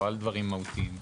לא על דברים מהותיים.